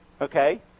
Okay